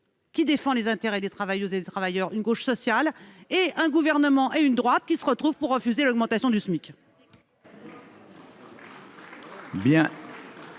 qui défend les intérêts des travailleuses et des travailleurs et d'un gouvernement et d'une droite qui se retrouvent pour refuser l'augmentation du SMIC.